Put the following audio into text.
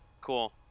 Cool